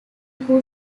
who